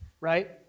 right